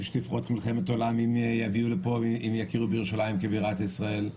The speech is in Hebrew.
שתפרוץ מלחמת עולם אם יכירו בירושלים כבירת ישראל.